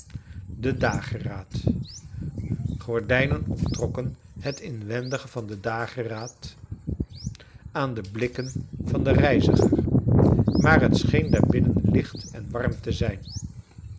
de kleine dorrit dageraad gordijnen ontrokken het inwendige van de dageraad aan de blikken van den reiziger maar het scheen daa-r binnen licht en warm te zijn